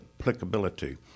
applicability